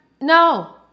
No